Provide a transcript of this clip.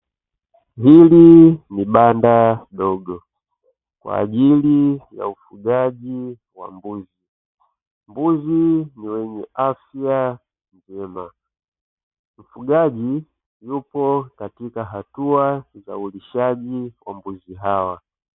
Hili ni banda dogo, kwa ajili ya ufugaji wa mbuzi, mbuzi ni wenye afya njema, mufugaji upo katika hatua ya ulishaji wa mbuzi hawa.